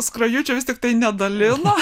skrajučių vis tiktai nedalino